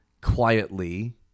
quietly